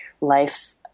life